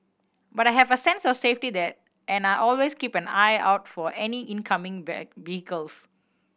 but I have a sense of safety that and I always keep an eye out for any incoming vehicles